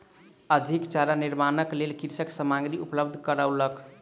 अधिक चारा निर्माणक लेल कृषक सामग्री उपलब्ध करौलक